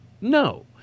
No